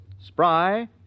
Spry